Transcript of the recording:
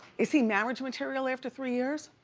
is he marriage material after three years?